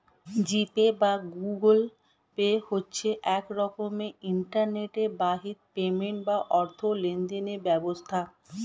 জি Pay বা Google Pay হচ্ছে এক রকমের ইন্টারনেট বাহিত পেমেন্ট বা অর্থ লেনদেনের ব্যবস্থা